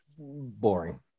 boring